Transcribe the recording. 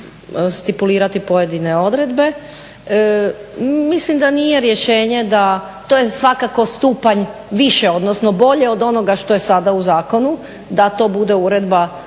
stipulirati pojedine odredbe. Mislim da nije rješenje da, to je svakako stupanj više, odnosno bolje od onoga što je sada u zakonu da to bude Uredba